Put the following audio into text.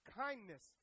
kindness